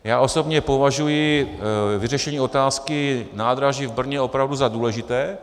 Já osobně považuji vyřešení otázky nádraží v Brně opravdu za důležité.